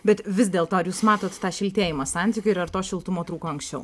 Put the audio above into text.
bet vis dėlto ar jūs matot tą šiltėjimą santykių ir ar to šiltumo trūko anksčiau